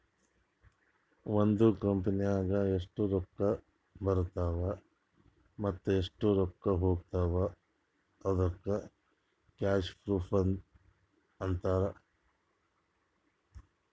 ಒಂದ್ ಕಂಪನಿನಾಗ್ ಎಷ್ಟ್ ರೊಕ್ಕಾ ಬರ್ತಾವ್ ಮತ್ತ ಎಷ್ಟ್ ರೊಕ್ಕಾ ಹೊತ್ತಾವ್ ಅದ್ದುಕ್ ಕ್ಯಾಶ್ ಫ್ಲೋ ಅಂತಾರ್